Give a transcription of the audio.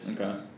Okay